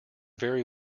very